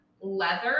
leather